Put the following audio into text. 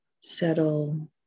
settle